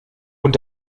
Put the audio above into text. und